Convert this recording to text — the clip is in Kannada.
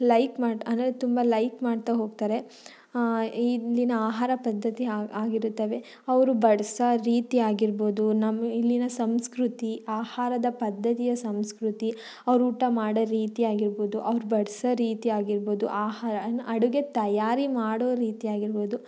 ಲೈಕ್ ಮಾಡಿ ಅಂದರೆ ತುಂಬ ಲೈಕ್ ಮಾಡ್ತಾ ಹೋಗ್ತಾರೆ ಇಲ್ಲಿನ ಆಹಾರ ಪದ್ಧತಿ ಹಾ ಹಾಗಿರುತ್ತವೆ ಅವರು ಬಡ್ಸೋ ರೀತಿಯಾಗಿರ್ಬೋದು ನಮ್ಮ ಇಲ್ಲಿನ ಸಂಸ್ಕೃತಿ ಆಹಾರದ ಪದ್ಧತಿಯ ಸಂಸ್ಕೃತಿ ಅವ್ರ ಊಟ ಮಾಡೋ ರೀತಿಯಾಗಿರ್ಬೋದು ಅವ್ರು ಬಡ್ಸೋ ರೀತಿಯಾಗಿರ್ಬೋದು ಆಹಾರ ಇನ್ನು ಅಡುಗೆ ತಯಾರಿ ಮಾಡೋ ರೀತಿಯಾಗಿರ್ಬೋದು